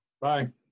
Bye